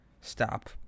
stop